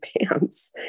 pants